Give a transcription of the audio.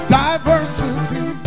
diversity